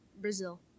Brazil